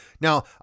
Now